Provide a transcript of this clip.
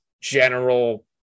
general